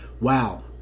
wow